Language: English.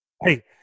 Hey